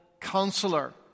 counselor